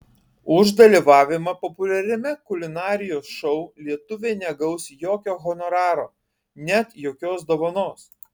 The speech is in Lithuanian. už dalyvavimą populiariame kulinarijos šou lietuvė negaus jokio honoraro net jokios dovanos